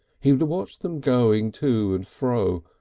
he would watch them going to and fro,